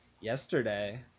yesterday